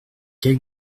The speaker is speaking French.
quel